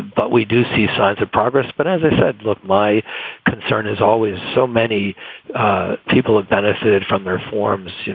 but we do see signs of progress. but as i said, look, my concern is always so many people have benefited from their forms. you